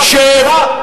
שב.